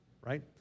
right